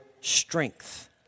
strength